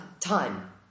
time